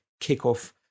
kickoff